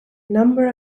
number